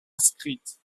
inscrite